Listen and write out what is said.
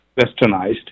westernized